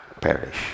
perish